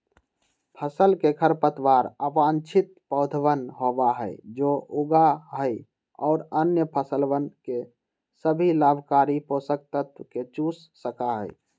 फसल के खरपतवार अवांछित पौधवन होबा हई जो उगा हई और अन्य फसलवन के सभी लाभकारी पोषक तत्व के चूस सका हई